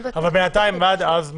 אבל בינתיים מה יקרה עד אז?